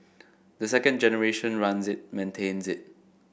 the second generation runs it maintains it